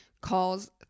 calls